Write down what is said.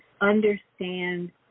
understand